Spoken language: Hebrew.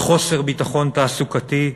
בחוסר ביטחון תעסוקתי.